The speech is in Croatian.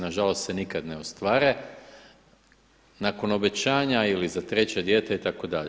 Na žalost se nikad ne ostvare nakon obećanja ili za treće dijete itd.